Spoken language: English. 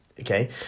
Okay